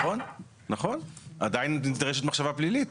נכון, ועדיין נדרשת מחשבה פלילית.